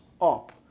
up